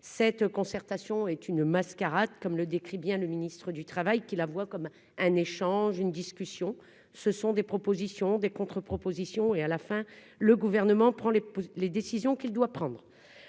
cette concertation est une mascarade, comme le décrit bien le ministre du Travail, qui la voit comme un échange, une discussion, ce sont des propositions des contre-propositions et à la fin, le gouvernement prend les les décisions qu'il doit prendre